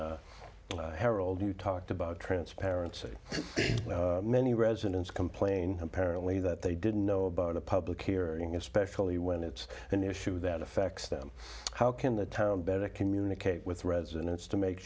of herald you talked about transparency many residents complain apparently that they didn't know about a public hearing especially when it's an issue that affects them how can the term better communicate with residents to make